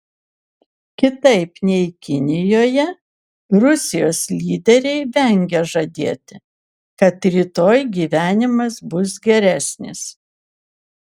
kitaip nei kinijoje rusijos lyderiai vengia žadėti kad rytoj gyvenimas bus geresnis